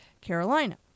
Carolina